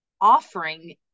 offering